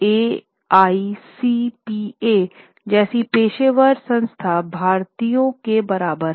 AICPA जैसी पेशेवर संस्था भारतीयों के बराबर है